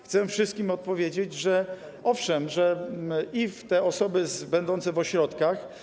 Chcę wszystkim odpowiedzieć, że owszem, i osoby będące w ośrodkach.